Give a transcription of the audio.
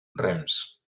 rems